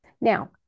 Now